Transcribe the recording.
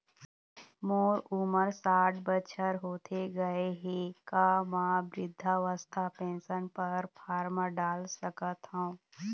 मोर उमर साठ बछर होथे गए हे का म वृद्धावस्था पेंशन पर फार्म डाल सकत हंव?